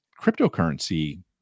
cryptocurrency